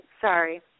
Sorry